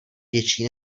větší